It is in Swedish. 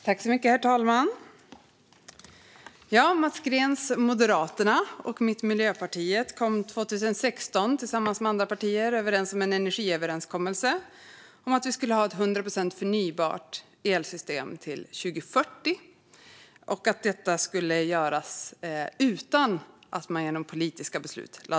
Herr talman! Mats Greens parti Moderaterna och mitt parti Miljöpartiet enades 2016, tillsammans med andra partier, om en energiöverenskommelse om att vi skulle ha ett 100 procent förnybart elsystem till 2040 och att detta skulle göras utan att lägga ned kärnkraft genom politiska beslut.